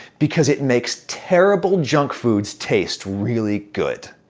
because it makes terrible junk foods taste really good.